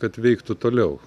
kad veiktų toliau